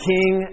King